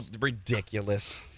Ridiculous